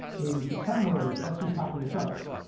in september, guess who's topping the charts.